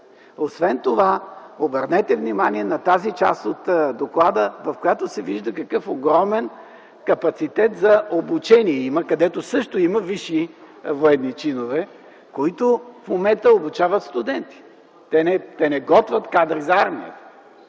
Освен това, обърнете внимание на тази част от доклада, в която се вижда какъв огромен капацитет за обучение има, където също има висши военни чинове, които в момента обучават студенти. Те не готвят кадри за армията.